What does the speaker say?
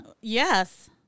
yes